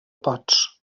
pots